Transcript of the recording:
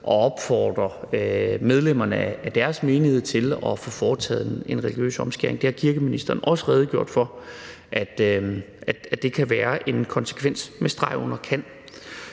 at opfordre medlemmerne af deres menighed til at få foretaget en religiøs omskæring. Det har kirkeministeren også redegjort for: Det kan være en konsekvens med streg under »kan«.